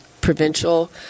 provincial